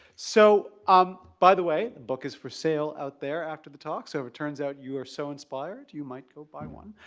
so, um by the way the book is for sale out there after the talk, so if it turns out you are so inspired, you might go buy one.